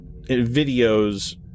videos